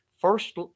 first